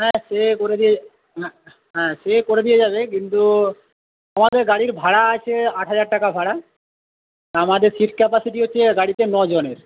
হ্যাঁ সে করে দিয়ে না হ্যাঁ সে করে দিয়ে যাবে কিন্তু আমাদের গাড়ির ভাড়া আছে আট হাজার টাকা ভাড়া আমাদের সিট ক্যাপাসিটি হচ্ছে গাড়িতে নজনের